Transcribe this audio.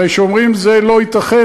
הרי כשאומרים "זה לא ייתכן",